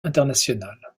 international